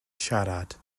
siarad